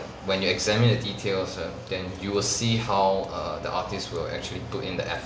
when you examine the details ah then you will see how err the artist will actually put in the